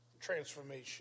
transformation